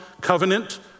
covenant